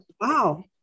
Wow